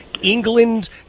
England